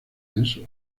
denso